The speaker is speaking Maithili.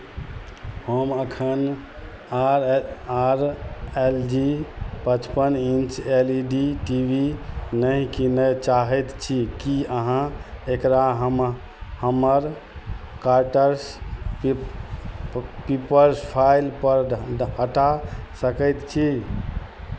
हम एखन R L R L G पचपन inch L E D T V नहि कीनय चाहैत छी की अहाँ एकरा हम हमर कार्ट पे पेपर फाइलपर हटा सकैत छी